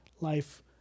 life